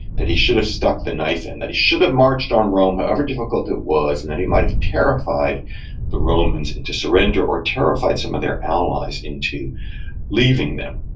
that he should have stuck the knife in, that he should have marched on rome, however difficult it was, and that he might have terrified the romans into surrender or terrified some of their allies into leaving them